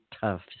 tough